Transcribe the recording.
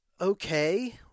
okay